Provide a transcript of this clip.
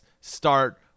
start